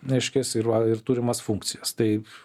reiškias ir va ir turimas funkcijas tai